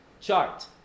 chart